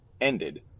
ended